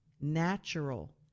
natural